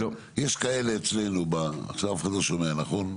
עכשיו, אף אחד לא שומע, נכון?